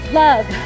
love